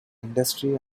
industry